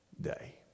day